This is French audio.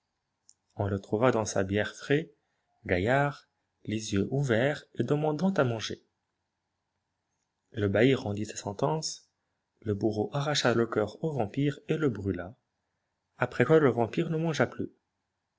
on le trouva dans sa bière frais gaillard les yeux ouverts et demandant à manger le bailli rendit sa sentence le bourreau arracha le coeur au vampire et le brûla après quoi le vampire ne mangea plus